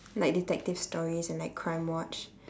like detective stories and like crimewatch